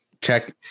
check